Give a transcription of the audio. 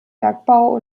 bergbau